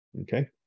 okay